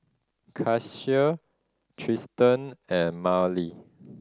Cassius Tristen and Mylie